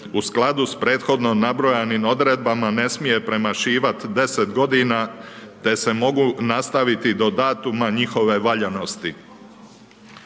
u skladu s prethodnom nabrojanim odredbama, ne smije premašivati 10 g. te se mogu nastaviti do datuma njihove valjanosti.